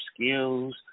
skills